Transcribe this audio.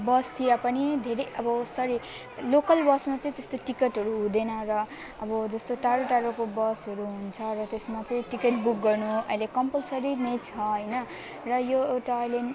बसतिर पनि धेरै अब सरी लोकल बसमा चाहिँ त्यस्तो टिकटहरू हुँदैन र अब जस्तो टाढो टाढोको बसहरू हुन्छ र त्यसमा चाहिँ टिकट बुक गर्न आहिले कम्पलसरी नै छ हैन र यो एउटा अहिले